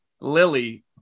Lily